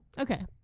okay